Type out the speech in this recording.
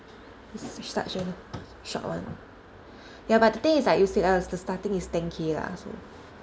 we start so short [one] ya but the thing is like you said lah the starting is ten K lah so